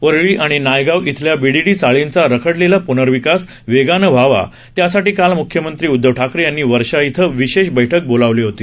वरळी आणि नायगाव इथल्या बीडीडी चाळींचा रखडलेला प्नर्विकास वेगानं व्हावा त्यासाठी काल मुख्यमंत्री उदधव ठाकरे यांनी वर्षा इथं विशेष बैठक बोलावली होती